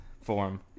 form